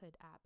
app